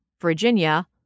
Virginia